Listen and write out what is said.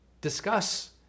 discuss